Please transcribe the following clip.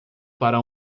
para